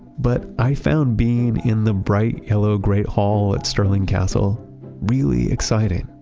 but i found being in the bright yellow great hall at stirling castle really exciting.